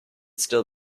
still